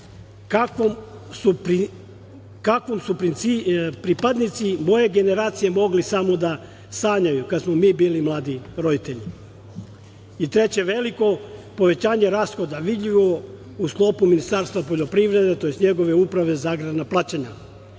kakvom su pripadnici moje generacije mogli samo da sanjaju, kada smo mi bili mladi roditelji. Treće, veliko povećanje rashoda vidljivo je u sklopu Ministarstva poljoprivrede, tj. njegove Uprave za agrarna plaćanja